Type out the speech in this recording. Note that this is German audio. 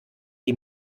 die